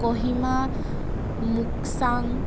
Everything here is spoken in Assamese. কহিমা মুকচাং